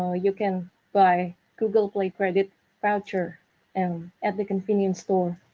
you know you can buy google play credit voucher and at the convenience store.